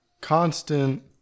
constant